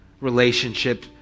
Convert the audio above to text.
relationship